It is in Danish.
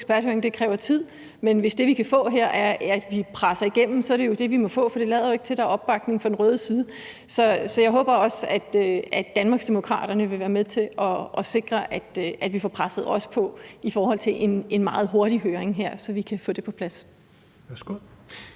kræver tid. Men hvis det, vi kan få her, er, at vi presser det igennem, så er det jo det, vi må få, for det lader ikke til, at der er opbakning fra den røde side. Så jeg håber også, at Danmarksdemokraterne vil være med til at sikre, at vi også får presset på i forhold til en meget hurtig høring, så vi kan få det på plads. Kl.